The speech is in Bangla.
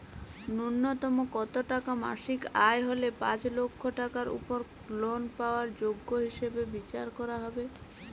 ন্যুনতম কত টাকা মাসিক আয় হলে পাঁচ লক্ষ টাকার উপর লোন পাওয়ার যোগ্য হিসেবে বিচার করা হবে?